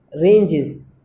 ranges